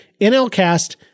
NLCast